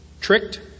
tricked